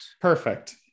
perfect